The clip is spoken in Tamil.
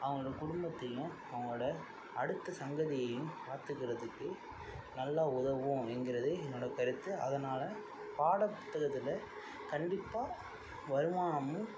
அவங்களோட குடும்பத்தையும் அவங்களோட அடுத்த சந்ததியையும் பார்த்துக்கிறதுக்கு நல்லா உதவும் எங்கிறது என்னோட கருத்து அதனால பாட புத்தகத்தில் கண்டிப்பாக வருமானமும்